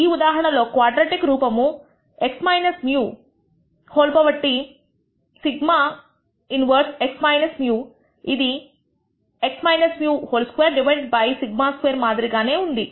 ఈ ఉదాహరణలో క్వాడ్రాటిక్ రూపము x - μT ∑ 1 x - μ ఇది x - μ2 డివైడెడ్ బై σ2 మాదిరిగానే ఉంది